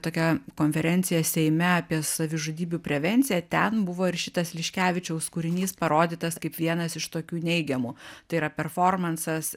tokia konferencija seime apie savižudybių prevenciją ten buvo ir šitas liškevičiaus kūrinys parodytas kaip vienas iš tokių neigiamų tai yra performansas